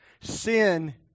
sin